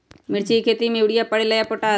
मिर्ची के खेती में यूरिया परेला या पोटाश?